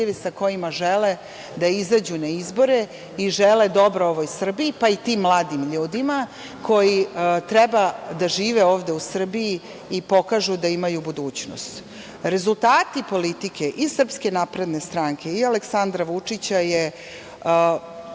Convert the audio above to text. sa kojima žele da izađu na izbore i žele dobro ovoj Srbiji, pa i tim mladim ljudima koji treba da žive ovde u Srbiji i pokažu da imaju budućnost. Rezultati politike i SNS i Aleksandra Vučića su